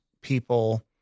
people